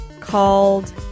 called